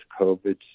COVID